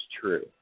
true